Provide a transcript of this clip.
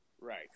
Right